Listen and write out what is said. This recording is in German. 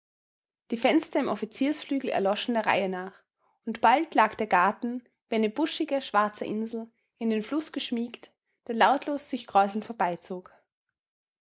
die fenster im offiziersflügel erloschen der reihe nach und bald lag der garten wie eine buschige schwarze insel in den fluß geschmiegt der lautlos sich kräuselnd vorbeizog